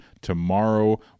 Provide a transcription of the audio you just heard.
tomorrow